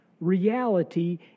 reality